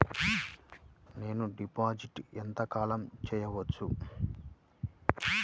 నేను డిపాజిట్ ఎంత కాలం చెయ్యవచ్చు?